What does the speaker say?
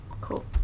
Cool